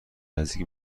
نزدیک